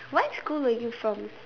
what school were you from